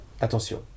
attention